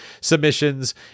submissions